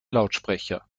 lautsprecher